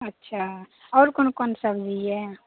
अच्छा आओर कोन कोन सब्जी यए